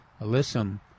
alyssum